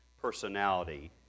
personality